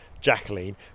Jacqueline